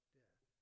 death